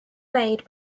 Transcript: made